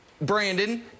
Brandon